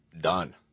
done